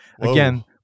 Again